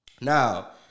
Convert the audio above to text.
Now